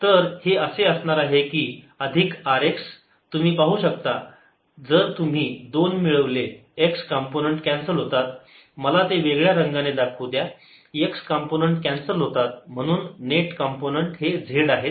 तर हे असे असणार आहे की अधिक rx तुम्ही पाहू शकता जर तुम्ही 2 मिळवले x कंपोनंन्ट कॅन्सल होतात मला ते वेगळ्या रंगाने दाखवू द्या x कंपोनंन्ट कॅन्सल होतात म्हणून नेट कंपोनंन्ट हे z आहे